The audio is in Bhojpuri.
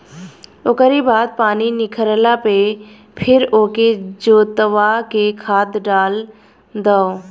ओकरी बाद पानी निखरला पे फिर ओके जोतवा के खाद डाल दअ